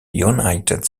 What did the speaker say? united